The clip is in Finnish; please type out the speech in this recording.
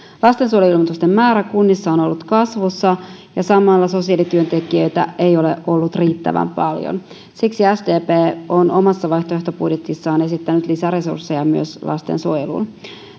lastensuojeluilmoitusten määrä kunnissa on on ollut kasvussa ja samalla sosiaalityöntekijöitä ei ole ollut riittävän paljon siksi sdp on omassa vaihtoehtobudjetissaan esittänyt lisäresursseja myös lastensuojeluun